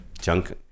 junk